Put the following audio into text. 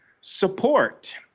support